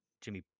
jimmy